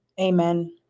Amen